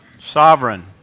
Sovereign